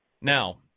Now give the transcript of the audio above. Now